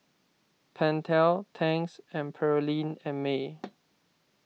Pentel Tangs and Perllini and Mel